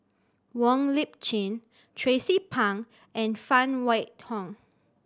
Wong Lip Chin Tracie Pang and Phan Wait Hong